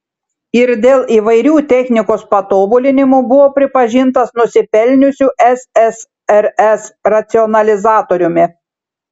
ir dėl įvairių technikos patobulinimų buvo pripažintas nusipelniusiu ssrs racionalizatoriumi